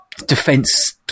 defense